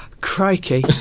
Crikey